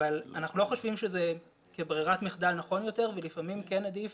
אבל אנחנו לא חושבים שזה כברירת מחדל נכון יותר ולפעמים כן עדיף